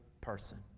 person